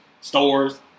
stores